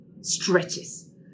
stretches